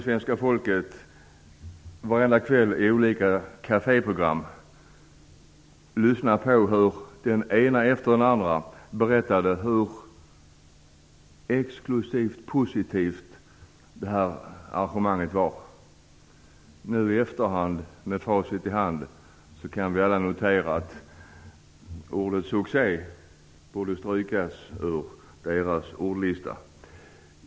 Svenska folket kunde varenda kväll i olika caféprogram lyssna på hur den ena efter den andra berättade hur exklusivt positivt detta arrangemang var. Nu i efterhand, med facit i hand, kan vi alla notera att ordet "succé" borde strykas ur deras ordlista.